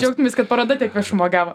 džiaugtumeis kad paroda tiek viešumo gavo